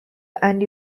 and